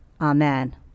Amen